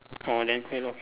orh then okay lor